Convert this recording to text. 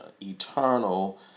eternal